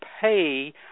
pay